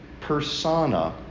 persona